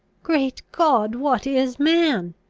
great god! what is man?